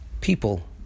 people